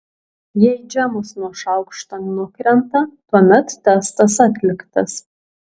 jei džemas nuo šaukšto nukrenta tuomet testas atliktas